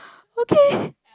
okay